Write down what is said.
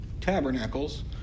tabernacles